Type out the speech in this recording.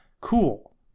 Cool